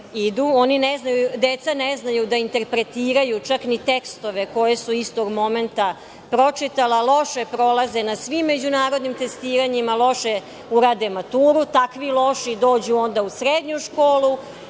na koje idu. Deca ne znaju da interpretiraju čak ni tekstove koje su istog momenta pročitala. Loše prolaze na svim međunarodnim testiranjima. Loše urade maturu. Takvi loši dođu onda u srednju školu.